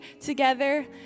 together